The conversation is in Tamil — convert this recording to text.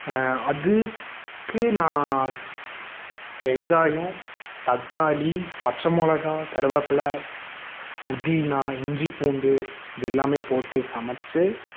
அதுக்கு நான் வெங்காயம் தக்காளி பச்சை மிளகா கருவேப்பிலை புதினா இஞ்சிப்பூண்டு இது எல்லாமே போட்டு சமச்சி